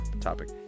topic